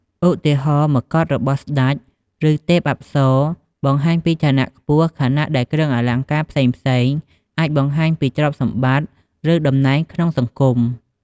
ឧទាហរណ៍ មកុដរបស់ស្តេច ឬទេពអប្សរ បង្ហាញពីឋានៈខ្ពស់ ខណៈដែលគ្រឿងអលង្ការផ្សេងៗអាចបង្ហាញពីទ្រព្យសម្បត្តិ ឬតំណែងក្នុងសង្គម។